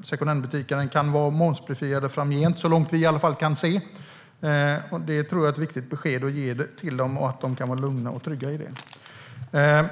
att secondhandbutikerna kan vara momsbefriade framgent, i alla fall så långt vi kan se? Det tror jag är ett viktigt besked att ge till dem, att de kan vara lugna och trygga i det.